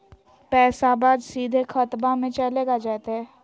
पैसाबा सीधे खतबा मे चलेगा जयते?